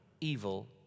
evil